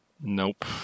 nope